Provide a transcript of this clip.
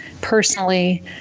personally